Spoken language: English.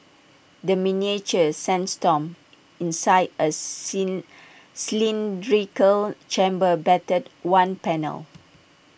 A miniature sandstorm inside A slim cylindrical chamber battered one panel